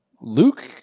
Luke